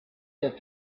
had